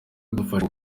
dufasha